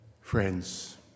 Friends